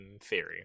theory